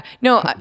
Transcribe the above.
no